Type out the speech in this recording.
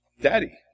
Daddy